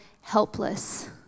helpless